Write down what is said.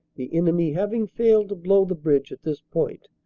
the enemy having failed to blow the bridge at this point.